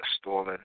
stolen